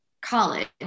college